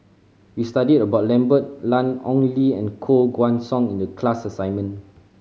we studied about Lambert Ian Ong Li and Koh Guan Song in the class assignment